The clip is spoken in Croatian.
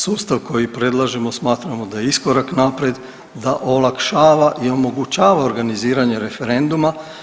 Sustav koji predlažemo smatramo da je iskorak naprijed, da olakšava i omogućava organiziranje referenduma.